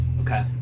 Okay